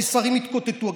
כי שרים יתקוטטו.